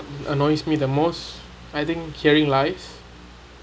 annoys me the most I think hearing lies